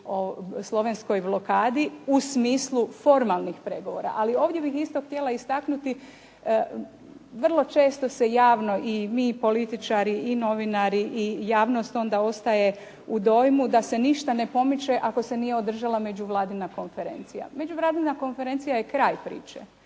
slovenskoj blokadi u smislu formalnih pregovora. Ali ovdje bih isto htjela istaknuti, vrlo često se javno i mi političari i novinari i javnost onda ostaje u dojmu da se ništa ne pomiče ako se nije održala međuvladina konferencija. Međuvladina konferencija je kraj priče.